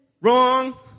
Wrong